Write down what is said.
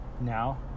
now